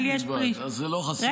אבל יש --- אז זה לא חסרים תקנים.